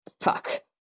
fuck